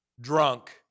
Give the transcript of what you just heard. drunk